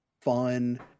fun